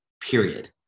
period